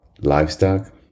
livestock